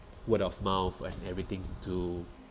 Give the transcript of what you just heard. word of mouth and everything to